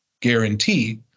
guarantee